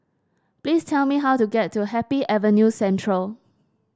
please tell me how to get to Happy Avenue Central